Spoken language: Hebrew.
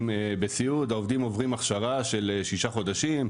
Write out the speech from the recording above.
בסיעוד העובדים עוברים הכשרה של שישה חודשים,